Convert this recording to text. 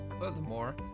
Furthermore